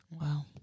Wow